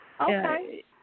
Okay